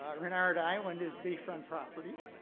ah renard island is bay front property.